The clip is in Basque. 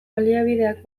baliabideak